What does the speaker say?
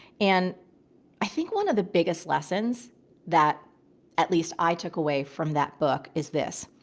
and i think one of the biggest lessons that at least i took away from that book is this,